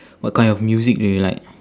what kind of music do you like